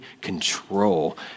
control